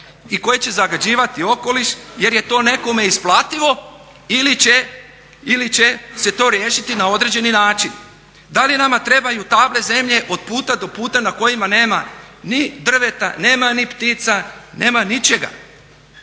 i koje će zagađivati okoliš jer je to nekome isplativo ili će se to riješiti na određeni način? Da li nama trebaju table zemlje od puta do puta na kojima nema ni drveta, nema ni ptica, nema ničega?